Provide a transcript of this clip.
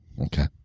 Okay